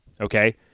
okay